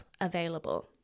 available